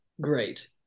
great